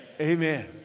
Amen